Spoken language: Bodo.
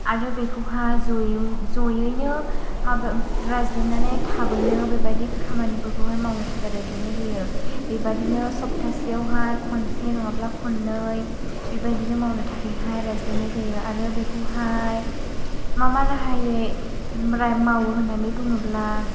आरो बेखौहाय जयै जयैनो माबा रायज्लायनानै थाबैनो बेबायदि खामानिफोरखौहाय मावनो थाखाय रायज्लायनाय जायो बेबादिनो सफ्तासेयावहाय खनसे नङाब्ला खननै बेबायदिनो मावनो थाखायहाय रायज्लायनाय जायो आरो बेखौहाय मा मा राहायै मावो होन्नानै बुङोब्ला